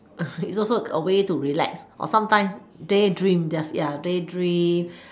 is also a way to relax or sometime daydream ya daydream